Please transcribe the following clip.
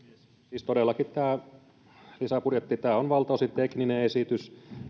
siis todellakin tämä lisäbudjetti on valtaosin tekninen esitys